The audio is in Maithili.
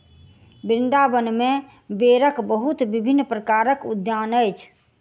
वृन्दावन में बेरक बहुत विभिन्न प्रकारक उद्यान अछि